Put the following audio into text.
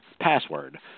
password